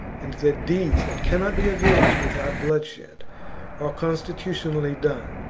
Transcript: and that deeds that cannot be avenged without bloodshed are constitutionally done.